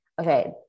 Okay